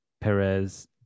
Perez